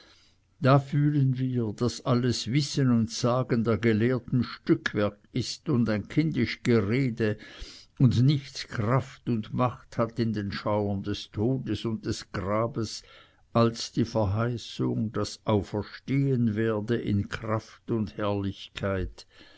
da fühlen wir daß alles wissen und sagen der gelehrten stückwerk ist und ein kindisch gerede und nichts kraft und macht hat in den schauern des todes und des grabes als die verheißung daß auferstehen werde in kraft und herrlichkeit